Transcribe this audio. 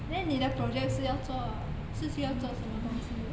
then 你的 project 是要做是需要做什么东西的